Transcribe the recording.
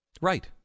Right